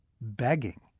begging